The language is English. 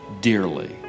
dearly